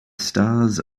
stars